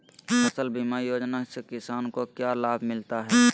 फसल बीमा योजना से किसान को क्या लाभ मिलता है?